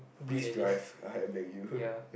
please drive I beg you ppl